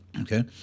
okay